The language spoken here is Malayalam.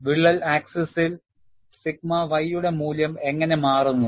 വിള്ളൽ അക്ഷത്തിൽ സിഗ്മ y യുടെ മൂല്യം എങ്ങനെ മാറുന്നു